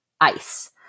ice